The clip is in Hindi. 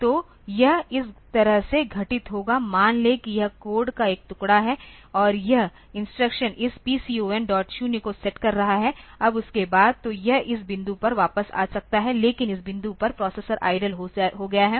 तो यह इस तरह से घटित होगा मान लें कि यह कोड का एक टुकड़ा है और यह इंस्ट्रक्शन इस PCON0 को सेट कर रहा है अब उसके बाद तो यह इस बिंदु पर वापस आ सकता है लेकिन इस बिंदु पर प्रोसेसर आईडील हो गया है